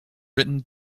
written